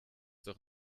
doch